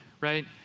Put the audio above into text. Right